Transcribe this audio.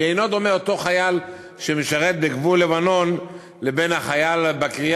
כי אינו דומה אותו חייל שמשרת בגבול לבנון לחייל בקריה